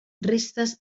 restes